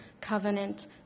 covenant